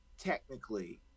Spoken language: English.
technically